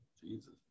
Jesus